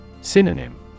Synonym